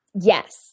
Yes